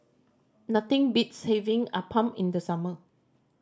nothing beats having appam in the summer